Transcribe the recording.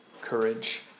courage